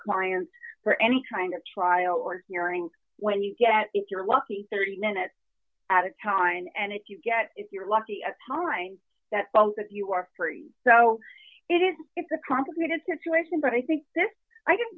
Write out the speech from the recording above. client for any kind of trial or hearing when you get if you're lucky thirty minutes at a time and if you get if you're lucky at times that both of you are free so it is it's a complicated situation but i think